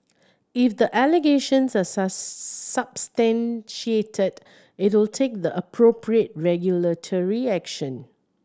if the allegations are substantiated it'll take the appropriate regulatory action